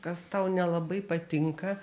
kas tau nelabai patinka